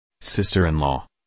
sister-in-law